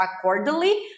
accordingly